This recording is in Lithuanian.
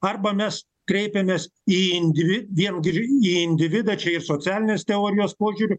arba mes kreipėmės į indivi vien gri į individą čia ir socialinės teorijos požiūriu